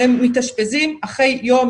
והם מתאשפזים אחרי יום,